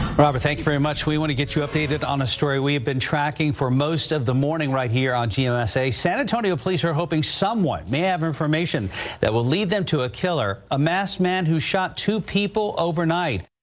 robert, thank you very much. we want to get you updated on a story we've we've been tracking for most of the morning right here on gmsa. san antonio police are hoping someone may have information that will lead them to a killer, a masked man who shot two people overnight.